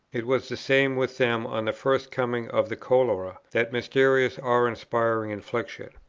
it was the same with them on the first coming of the cholera, that mysterious awe-inspiring infliction.